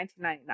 1999